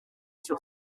sur